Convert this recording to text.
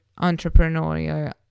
entrepreneurial